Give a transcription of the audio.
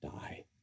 die